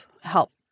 help